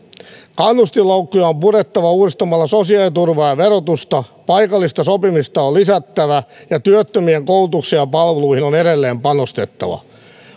kannustinloukkuja on purettava uudistamalla sosiaaliturvaa ja verotusta paikallista sopimista on lisättävä ja työttömien koulutukseen ja palveluihin on edelleen panostettava